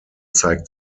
zeigt